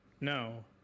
No